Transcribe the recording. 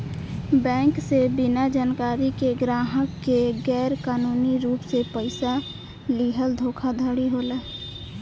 bank से बिना जानकारी के ग्राहक के गैर कानूनी रूप से पइसा लीहल धोखाधड़ी होला